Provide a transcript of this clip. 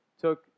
took